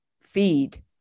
feed